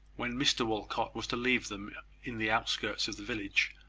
when mr walcot was to leave them in the outskirts of the village,